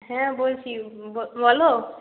হ্যাঁ বলছি বলো